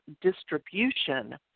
distribution